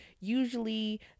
Usually